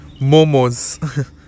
Momos